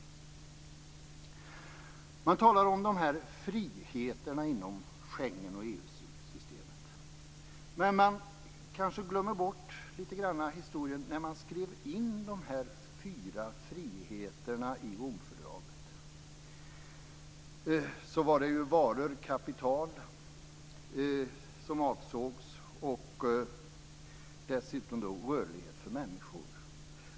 Man talar om friheterna inom Schengen och EU systemen. Men man kanske glömmer bort litet grand historien. När man skrev in de fyra friheterna i Romfördraget var det varor och kapital som avsågs och dessutom rörlighet för människor.